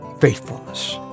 faithfulness